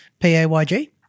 PAYG